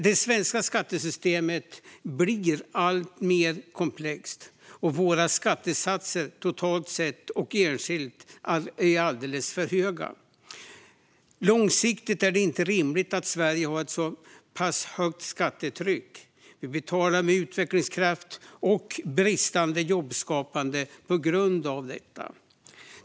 Det svenska skattesystemet blir alltmer komplext, och våra skattesatser, totalt sett och enskilt, är alldeles för höga. Långsiktigt är det inte rimligt att Sverige har ett så pass högt skattetryck. Vi betalar med utvecklingskraft och bristande jobbskapande på grund av detta.